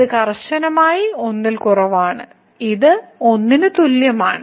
ഇത് കർശനമായി 1 ൽ കുറവാണ് ഇത് 1 ന് തുല്യമാണ്